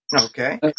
Okay